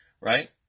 right